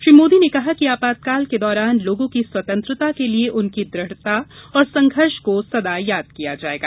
श्री मोदी ने कहा कि आपातकाल के दौरान लोगों की स्वतंत्रता के लिए उनकी दृढ़ता और संघर्ष को सदा याद किया जायेगा